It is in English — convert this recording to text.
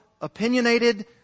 opinionated